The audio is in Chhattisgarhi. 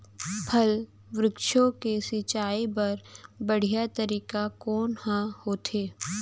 फल, वृक्षों के सिंचाई बर बढ़िया तरीका कोन ह होथे?